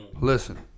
Listen